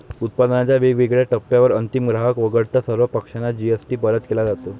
उत्पादनाच्या वेगवेगळ्या टप्प्यांवर अंतिम ग्राहक वगळता सर्व पक्षांना जी.एस.टी परत केला जातो